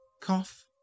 cough